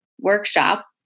workshop